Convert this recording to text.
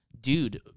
Dude